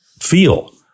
feel